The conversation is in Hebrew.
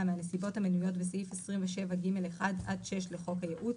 מהנסיבות המנויות בסעיף 27(ג)(1) עד (6) לחוק הייעוץ,